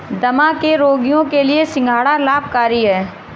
दमा के रोगियों के लिए सिंघाड़ा लाभकारी है